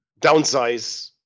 downsize